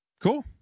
cool